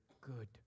good